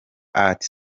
art